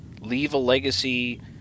Leave-a-Legacy